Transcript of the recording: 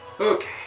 Okay